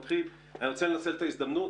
לנצל את ההזדמנות